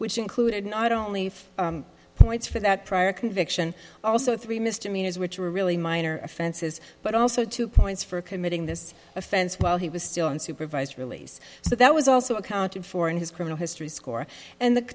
which included not only five points for that prior conviction also three misdemeanors which were really minor offenses but also two points for committing this offense while he was still on supervised release so that was also accounted for in his criminal history score and the